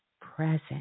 present